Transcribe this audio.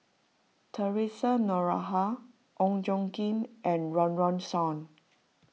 theresa Noronha Ong Tjoe Kim and Run Run Shaw